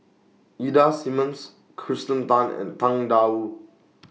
Ida Simmons Kirsten Tan and Tang DA Wu